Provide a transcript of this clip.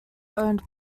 owned